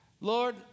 Lord